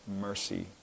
mercy